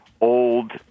old-